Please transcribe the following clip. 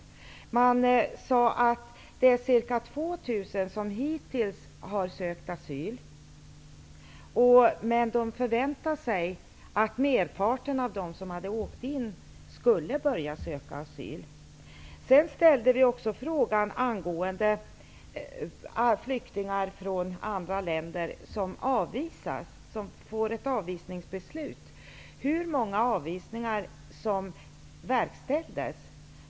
Vidare sades det att ca 2 000 personer hittills sökt asyl och att merparten som rest in i landet förväntades söka asyl. Vi frågade också hur många avvisningar som verkställdes vid avvisningsbeslut när det gäller flyktingar från andra länder.